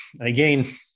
again